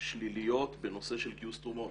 שליליות בנושא של גיוס תרומות,